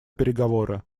переговоры